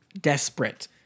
desperate